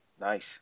Nice